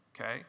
okay